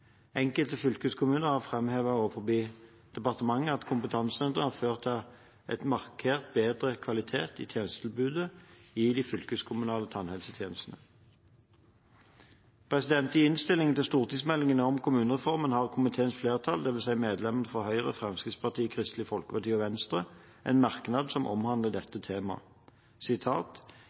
Enkelte fylkeskommuner har framhevet overfor departementet at kompetansesenteret har ført til markert bedre kvalitet i tjenestetilbudet i de fylkeskommunale tannhelsetjenestene. I innstillingen til stortingsmeldingen om kommunereformen har komiteens flertall, dvs. medlemmene fra Høyre, Fremskrittspartiet, Kristelig Folkeparti og Venstre, en merknad som omhandler